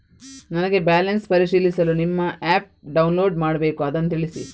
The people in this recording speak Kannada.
ನನಗೆ ಬ್ಯಾಲೆನ್ಸ್ ಪರಿಶೀಲಿಸಲು ನಿಮ್ಮ ಆ್ಯಪ್ ಡೌನ್ಲೋಡ್ ಮಾಡಬೇಕು ಅದನ್ನು ತಿಳಿಸಿ?